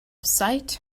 sight